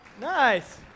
Nice